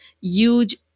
huge